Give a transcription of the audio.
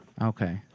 Okay